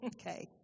Okay